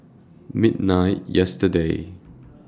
midnight yesterday